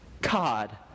God